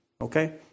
Okay